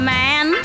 man